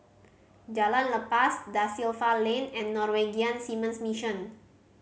Jalan Lepas Da Silva Lane and Norwegian Seamen's Mission